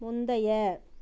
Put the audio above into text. முந்தைய